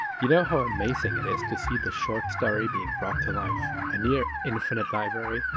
you know how amazing it is to see the short story being brought to life a near infinite library,